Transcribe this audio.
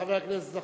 חבר הכנסת